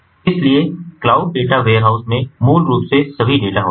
इसलिए cloud data warehouse में मूल रूप से सभी डेटा होते हैं